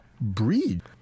breed